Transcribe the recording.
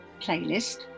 Playlist